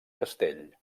castell